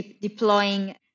deploying